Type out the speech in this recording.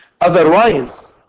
Otherwise